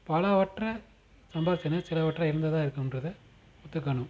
பலவற்றை சம்பாதிச்சாங்க சிலவற்றை இழந்தே தான் இருக்கோன்றத ஒத்துக்கணும்